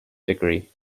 degree